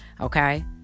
okay